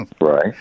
Right